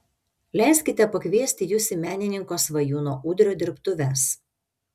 leiskite pakviesti jus į menininko svajūno udrio dirbtuves